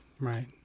right